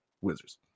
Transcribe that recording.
wizards